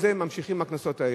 ממשיכים עם הקנסות האלה.